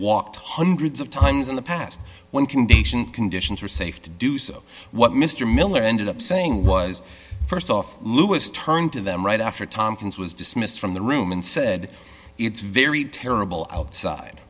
walked hundreds of times in the past when condition conditions were safe to do so what mr miller ended up saying was st off lewis turned to them right after thompkins was dismissed from the room and said it's very terrible outside